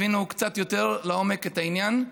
הן הבינו קצת יותר לעומק את העניין,